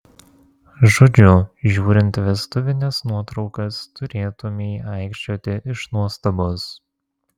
žodžiu žiūrint vestuvines nuotraukas turėtumei aikčioti iš nuostabos